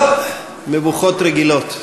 טוב, מבוכות רגילות.